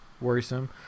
worrisome